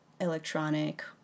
electronic